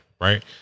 right